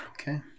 Okay